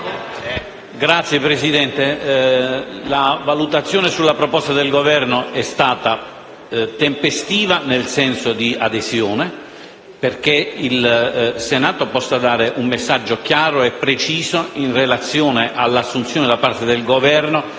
Signor Presidente, la valutazione sulla proposta del Governo è stata tempestiva, nel senso di adesione, perché il Senato possa dare un messaggio chiaro e preciso in relazione all'assunzione da parte del Governo